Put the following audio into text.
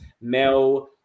Mel –